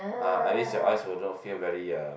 ah at least your eyes will not feel very uh